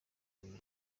mirimo